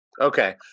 Okay